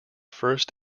first